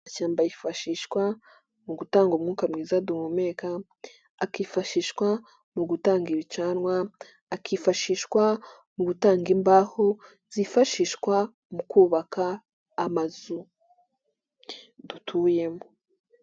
Amashyamba yifashishwa mu gutanga umwuka mwiza duhumeka, akifashishwa mu gutanga ibicanwa, akifashishwa mu gutanga imbaho zifashishwa mu kubaka amazu dutuyemo.